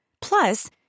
Plus